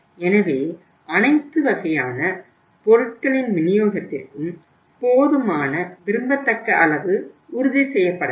எனவே அனைத்து வகையான பொருட்களின் விநியோகத்திற்கும் போதுமான விரும்பத்தக்க அளவு உறுதி செய்யப்பட வேண்டும்